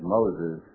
Moses